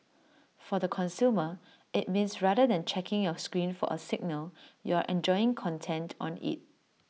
for the consumer IT means rather than checking your screen for A signal you're enjoying content on IT